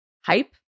hype